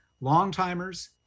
long-timers